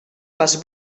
les